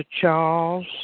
Charles